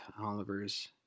Oliver's